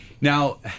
now